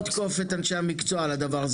אנחנו לא נתקוף את אנשי המקצוע על הדבר הזה.